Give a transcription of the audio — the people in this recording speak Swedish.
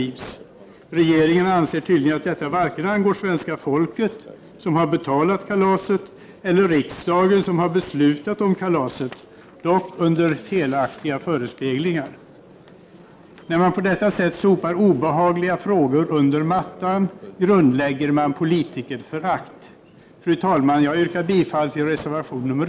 Regeringen anser tyd 14 december 1989 ligen att detta varken angår svenska folket, som har betalat kalaset, eller riksdagen, som har beslutat om kalaset, dock under felaktiga förespeglingar. 1989 [eREReE När man på detta sätt sopar obehagliga frågor under mattan grundlägger se för Gstaltiga företagen man politikerförakt. Fru talman! Jag yrkar bifall till reservation nr 5.